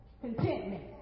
Contentment